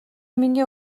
миний